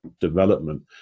Development